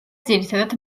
ძირითადად